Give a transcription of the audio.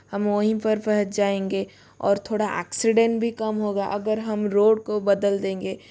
हम वहीं पर पहुँच जाएंगे और थोड़ा आक्सीडेंट भी कम होगा अगर हम रोड को बदल देंगे